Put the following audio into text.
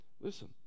listen